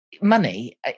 money